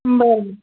बरं